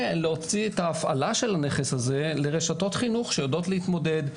ולהוציא את ההפעלה של הנכס הזה לרשתות חינוך שיודעות להתמודד,